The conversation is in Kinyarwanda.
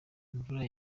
imvura